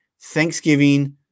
Thanksgiving